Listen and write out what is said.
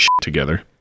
together